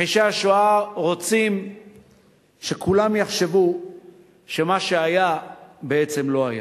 מכחישי השואה רוצים שכולם יחשבו שמה שהיה בעצם לא היה.